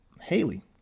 Haley